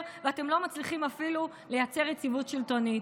ואתם לא מצליחים אפילו לייצר יציבות שלטונית?